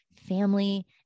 family